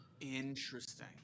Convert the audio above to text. Interesting